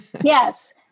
Yes